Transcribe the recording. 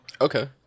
okay